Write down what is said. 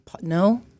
no